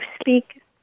speak